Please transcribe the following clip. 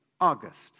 August